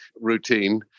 routine